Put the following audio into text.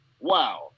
Wow